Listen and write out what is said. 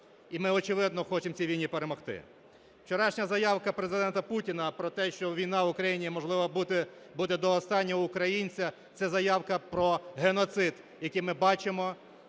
і ми, очевидно, хочемо в цій війні перемогти. Вчорашня заявка Президента Путіна про те, що війна в Україні, можливо, буде до останнього українця, – це заявка про геноцид, який, ми бачимо,